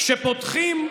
כשפותחים,